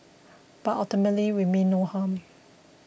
but ultimately we mean no harm